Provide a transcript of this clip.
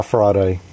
Friday